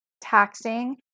taxing